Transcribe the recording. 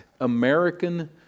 American